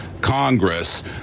Congress